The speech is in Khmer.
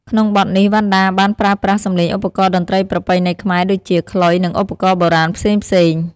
ក្នុងបទនេះ វណ្ណដាបានប្រើប្រាស់សម្លេងឧបករណ៍តន្ត្រីប្រពៃណីខ្មែរ ដូចជា ខ្លុយ និងឧបករណ៍បុរាណផ្សេងៗ។